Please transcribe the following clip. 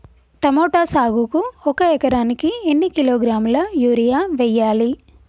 Tomato సాగుకు ఒక ఎకరానికి ఎన్ని కిలోగ్రాముల యూరియా వెయ్యాలి?